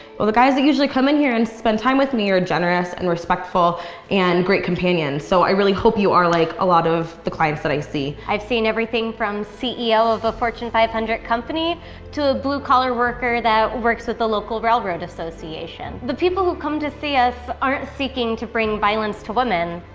well the guys that usually come in here and spend time with me are generous and respectful and great companions. so i really hope you are like a lot of the clients that i see. i've seen everything from ceo of a fortune five hundred company to a blue collar worker that works with the local railroad association. the people who come to see us aren't seeking to bring violence to women.